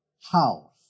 house